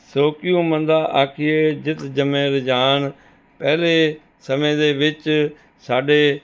ਸੋ ਕਿਉ ਮੰਦਾ ਆਖੀਐ ਜਿਤੁ ਜੰਮਹਿ ਰਾਜਾਨ ਪਹਿਲੇ ਸਮੇਂ ਦੇ ਵਿੱਚ ਸਾਡੇ